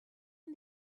and